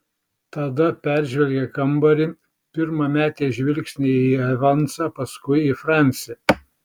tada peržvelgė kambarį pirma metė žvilgsnį į evansą paskui į francį